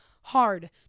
hard